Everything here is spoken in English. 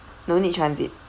no need transit